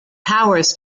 powers